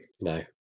no